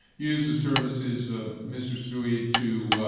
use the services of mr. tsui to